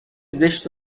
زشت